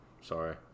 Sorry